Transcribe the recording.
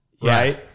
right